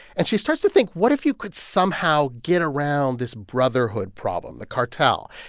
and she starts to think, what if you could somehow get around this brotherhood problem, the cartel,